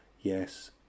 Yes